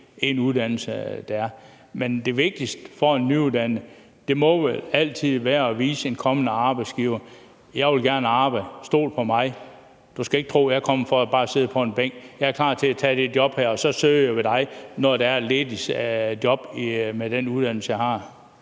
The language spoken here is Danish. det vigtigste for en nyuddannet må vel altid være at vise en kommende arbejdsgiver: Jeg vil gerne arbejde, stol på mig, du skal ikke tro, at jeg bare kommer for at sidde på en bænk, jeg er klar til at tage det her job, og så søger jeg ved dig, når der er et ledigt job med den uddannelse, jeg har.